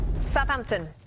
Southampton